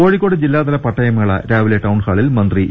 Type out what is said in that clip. കോഴിക്കോട് ജില്ലാതല പട്ടയമേള രാവിലെ ടൌൺ ഹാളിൽ മന്ത്രി ഇ